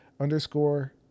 underscore